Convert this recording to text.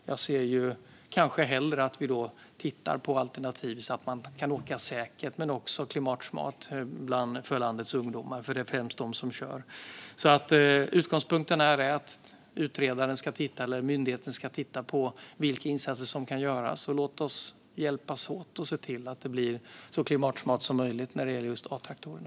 Jag ser kanske hellre att vi tittar på alternativ för att landets ungdomar - för det är främst dessa som kör - ska kunna åka både säkert och klimatsmart. Utgångspunkten här är att utredaren, eller myndigheten, ska titta på vilka insatser som kan göras. Låt oss hjälpas åt att se till att det blir så klimatsmart som möjligt när det gäller just A-traktorerna.